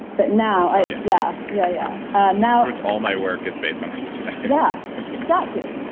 but now i oh yeah yeah, yeah yeah. and now all my work is based on epigenetics yeah exactly.